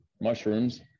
mushrooms